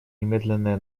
немедленное